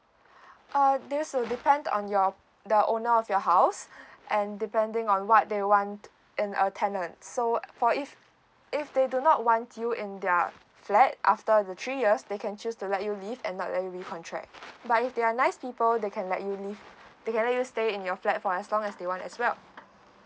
uh they also depend on your the owner of your house and depending on what they want in a tenant so for if if they do not want you in their flat after the three years they can choose to let you leave and not let you recontract but if they are nice people that can let you live they can let you stay in your flat for as long as they want as well